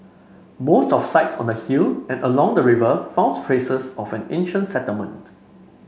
most of sites on the hill and along the river found traces of an ancient settlement